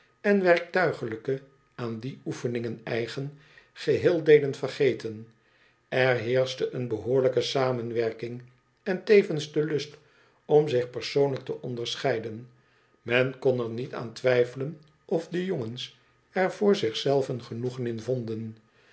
en werktuigelijke aan die oefeningen eigen geheel deden vergeten er heerschte een behoorlijke samenwerking en tevens de lust om zich persoonlijk te onderscheiden men kon er niet aan twijfelen of de jongens er voor zich zelven genoegen in vonden